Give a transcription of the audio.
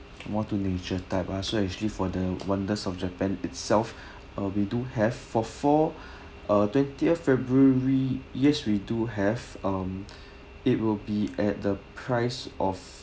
more to nature type ah so actually for the wonders of japan itself ah we do have for four uh twentieth february yes we do have um it will be at the price of